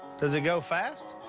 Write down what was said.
does it go fast?